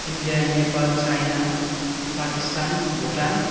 India Nepal China Pakistan Bhutan